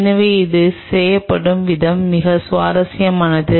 எனவே அது செய்யப்படும் விதம் மிகவும் சுவாரஸ்யமானது